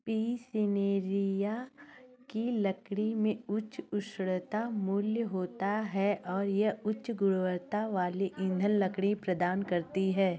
P cineraria की लकड़ी में उच्च ऊष्णता मूल्य होता है और यह उच्च गुणवत्ता वाली ईंधन लकड़ी प्रदान करती है